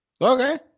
Okay